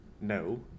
No